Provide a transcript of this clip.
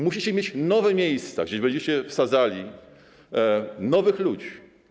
Musicie mieć nowe miejsca, gdzie będziecie wsadzali nowych ludzi.